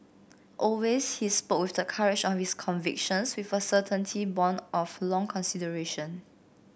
always he spoke with the courage of his convictions with a certainty born of long consideration